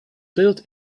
built